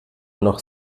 noch